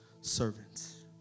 servants